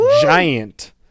giant